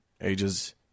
ages